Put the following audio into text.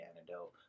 antidote